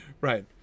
right